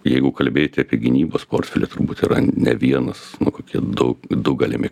jeigu kalbėti apie gynybos portfelį turbūt yra ne vienas kokie du du galimi